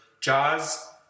Jaws